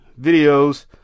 videos